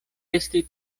esti